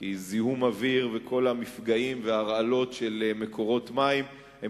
כי זיהום אוויר וכל המפגעים וההרעלות של מקורות מים הם